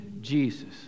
Jesus